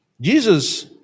Jesus